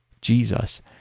Jesus